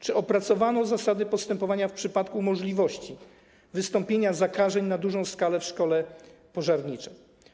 Czy opracowano zasady postępowania w przypadku możliwości wystąpienia zakażeń na dużą skalę w szkole pożarniczej?